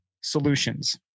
solutions